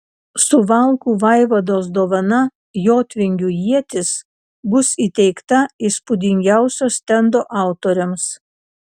suvalkų vaivados dovana jotvingių ietis bus įteikta įspūdingiausio stendo autoriams